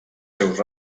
seus